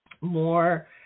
more